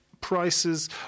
Prices